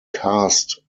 karst